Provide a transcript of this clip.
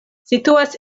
situas